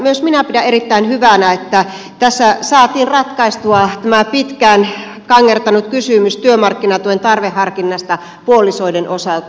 myös minä pidän erittäin hyvänä että tässä saatiin ratkaistua tämä pitkään kangertanut kysymys työmarkkinatuen tarveharkinnasta puolisoiden osalta